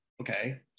okay